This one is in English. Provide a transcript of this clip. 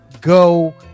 go